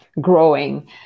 growing